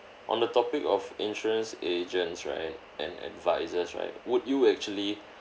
on the topic of insurance agents right and advisers right would you actually